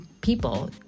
people